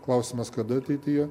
klausimas kada ateityje